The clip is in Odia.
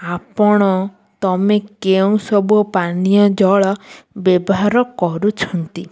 ଆପଣ ତୁମେ କେଉଁ ସବୁ ପାନୀୟ ଜଳ ବ୍ୟବହାର କରୁଛନ୍ତି